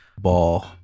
ball